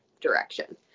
direction